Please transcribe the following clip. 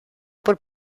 por